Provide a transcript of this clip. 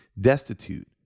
destitute